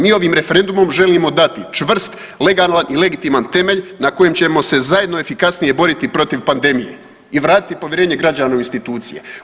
Mi ovim referendumom želimo dati čvrst i legitiman temelj na kojem ćemo se zajedno efikasnije boriti protiv pandemije i vratiti povjerenje građana u institucije.